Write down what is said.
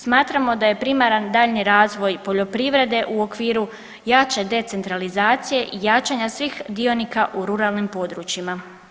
Smatramo da je primaran daljnji razvoj poljoprivrede u okviru jače decentralizacije i jačanja svih dionika u ruralnim područjima.